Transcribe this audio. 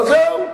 זהו.